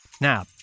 now